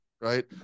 right